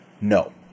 No